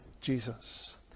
Jesus